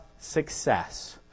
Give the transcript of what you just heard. success